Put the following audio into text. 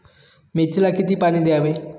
मेथीला किती पाणी द्यावे?